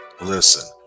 listen